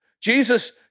Jesus